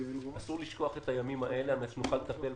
אסור לשכוח את הימים האלה על מנת שנוכל לטפל,